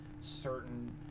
certain